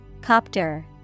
Copter